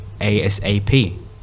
ASAP